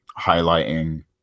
highlighting